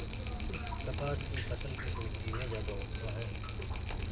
कपास की फसल किस मिट्टी में ज्यादा होता है?